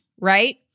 right